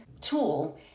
tool